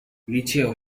liceo